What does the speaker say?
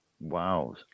Wow